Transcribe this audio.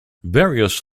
various